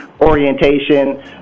orientation